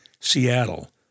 Seattle